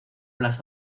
las